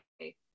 okay